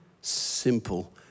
simple